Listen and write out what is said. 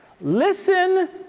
Listen